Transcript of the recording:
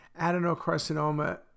Adenocarcinoma